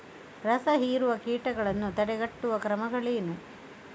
ರಸಹೀರುವ ಕೀಟಗಳನ್ನು ತಡೆಗಟ್ಟುವ ಕ್ರಮಗಳೇನು?